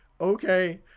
okay